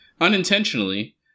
unintentionally